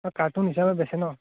cartoon হিচাপে বেচে ন